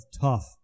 tough